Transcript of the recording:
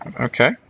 Okay